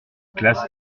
classe